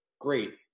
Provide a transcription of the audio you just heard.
great